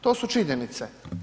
To su činjenice.